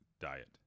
diet